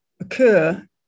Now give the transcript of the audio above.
occur